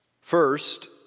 First